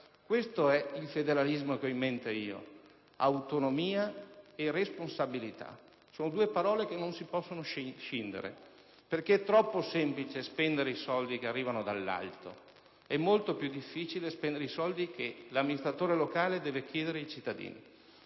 casa. Il federalismo che ho in mente è fatto di autonomia e responsabilità, due parole che non si possono scindere. È troppo semplice spendere i soldi che arrivano dall'alto. Molto più difficile è spendere i soldi che l'amministratore locale deve chiedere ai cittadini.